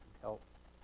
helps